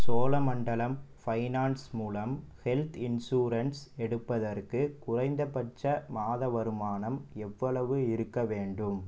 Cholamandalam finance மூலம் health insurance எடுப்பதற்கு குறைந்தபட்ச மாத வருமானம் எவ்வளவு இருக்க வேண்டும்